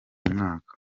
mwaka